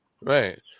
right